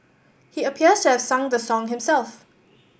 he appears to have sung the song himself